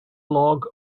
log